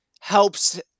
helps